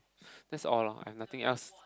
that's all lor and nothing else